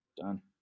Done